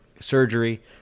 surgery